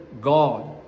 God